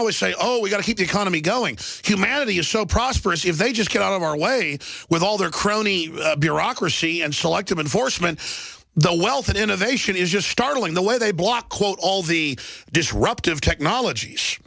always say oh we got to keep economy going humanity is so prosperous if they just get out of our way with all their crony bureaucracy and selective enforcement the wealth and innovation is just startling the way they block quote all the disruptive technologies